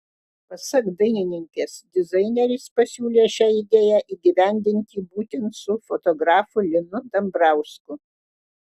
pasak dainininkės dizaineris pasiūlė šią idėją įgyvendinti būtent su fotografu linu dambrausku